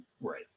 right